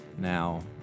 Now